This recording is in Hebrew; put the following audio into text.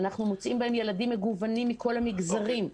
אנחנו מוצאים בהם ילדים מגוונים מכל המגזרים.